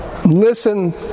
Listen